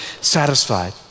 satisfied